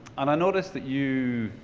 and i notice that you,